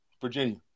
Virginia